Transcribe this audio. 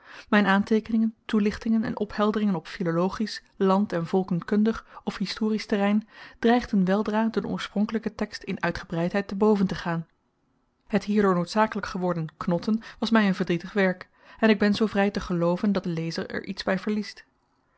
myn aanteekeningen toelichtingen en ophelderingen op filologisch land en volkenkundig of historisch terrein dreigden weldra den oorspronkelyken tekst in uitgebreidheid te boven te gaan het hierdoor noodzakelyk geworden knotten was my een verdrietig werk en ik ben zoo vry te gelooven dat de lezer er iets by verliest